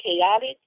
chaotic